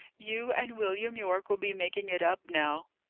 you and william yorke will be making it up now.